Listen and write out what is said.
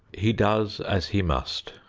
he does as he must.